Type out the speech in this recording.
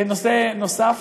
לנושא נוסף.